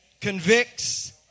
convicts